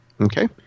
Okay